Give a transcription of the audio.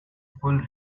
full